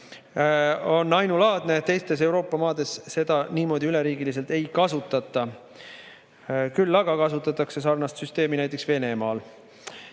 on ainulaadne, teistes Euroopa maades seda niimoodi üleriigiliselt ei kasutata, küll aga kasutatakse sarnast süsteemi näiteks Venemaal.